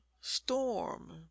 storm